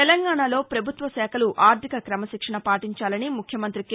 తెలంగాణలో ప్రభుత్వ శాఖలు ఆర్గిక క్రమశిక్షణ పాటించాలని ముఖ్యమంతి కె